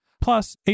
Plus